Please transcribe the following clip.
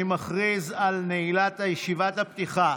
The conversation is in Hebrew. אני מכריז על נעילת ישיבת הפתיחה.